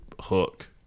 hook